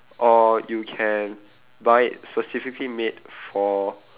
or you can buy it specifically made for